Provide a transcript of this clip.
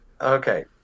Okay